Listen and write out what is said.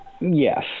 Yes